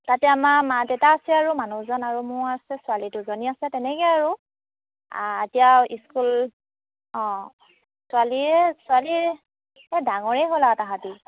তাতে আমাৰ মা দেউতা আছে আৰু মানুহজন আৰু মোৰ আছে ছোৱালী দুজনী আছে তেনেকৈ আৰু এতিয়া স্কুল অঁ ছোৱালীয়ে ছোৱালী এই ডাঙৰেই হ'ল আৰু তাহাঁতি